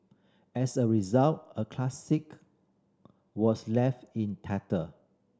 as a result a classic was left in tatter